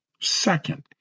Second